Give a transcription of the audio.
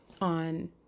on